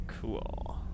Cool